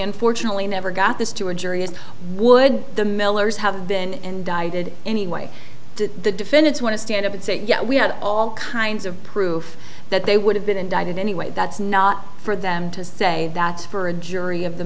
unfortunately never got this to a jury is would the millers have been indicted anyway to the defendants want to stand up and say yeah we had all kinds of proof that they would have been indicted anyway that's not for them to say that's for a jury of the